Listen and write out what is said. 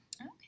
Okay